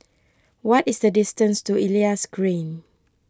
what is the distance to Elias Green